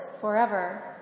forever